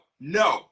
no